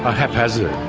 ah haphazard.